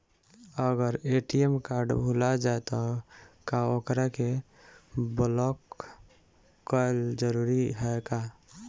अगर ATM card भूला जाए त का ओकरा के बलौक कैल जरूरी है का?